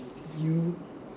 if you